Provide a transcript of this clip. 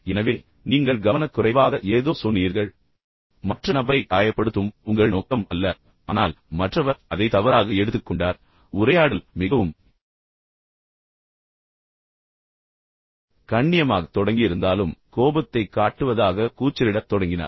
எனவே நீங்கள் கவனக்குறைவாக ஏதோ சொன்னீர்கள் மற்ற நபரை காயப்படுத்தும் உங்கள் நோக்கம் அல்ல ஆனால் மற்றவர் அதை தவறாக எடுத்துக் கொண்டார் பின்னர் உரையாடல் மிகவும் கண்ணியமாக தொடங்கியிருந்தாலும் கோபத்தைக் காட்டுவதாகக் கூச்சலிடத் தொடங்கினார்